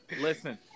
Listen